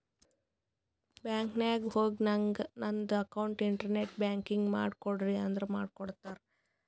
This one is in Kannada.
ಬ್ಯಾಂಕ್ ನಾಗ್ ಹೋಗಿ ನಂಗ್ ನಂದ ಅಕೌಂಟ್ಗ ಇಂಟರ್ನೆಟ್ ಬ್ಯಾಂಕಿಂಗ್ ಮಾಡ್ ಕೊಡ್ರಿ ಅಂದುರ್ ಮಾಡ್ತಾರ್